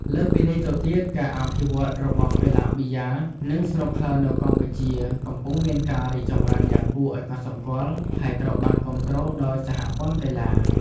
លើសពីនេះទៅទៀតការអភិវឌ្ឍន៍របស់ កីឡាប៊ីយ៉ានិង ស្នូកឃ័រនៅកម្ពុជា កំពុងមានការរីកចម្រើនយ៉ាងគួរឱ្យកត់សម្គាល់ ហើយត្រូវបានគាំទ្រដោយសហព័ន្ធកីឡា។